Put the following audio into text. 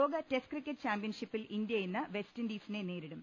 ലോക test cricket ചാമ്പ്യൻഷിപ്പിൽ India ഇന്ന് വെസ്റ്റ് ഇൻഡീസിനെ നേരിടും